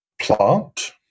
plant